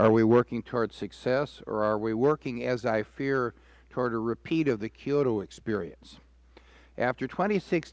are we working towards success or are we working as i fear toward a repeat of the kyoto experience after twenty six